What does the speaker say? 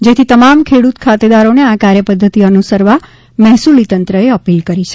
જેથી તમામ ખેડૂત ખાતેદારોને આ કાર્યપધ્ધતિ અનુસરવા મહેસુલી તંત્રએ અપીલ કરી છે